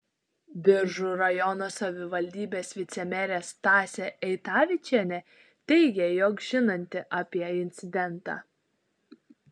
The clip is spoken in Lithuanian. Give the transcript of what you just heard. biržų rajono savivaldybės vicemerė stasė eitavičienė teigė jog žinanti apie incidentą